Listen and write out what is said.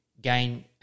gain